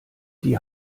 die